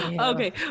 okay